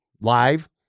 live